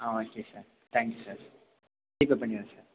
ஆ okay sir thanks sir GPay பண்ணிடுறேன் sir